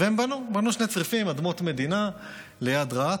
והם בנו, בנו שני צריפים, באדמות מדינה, ליד רהט.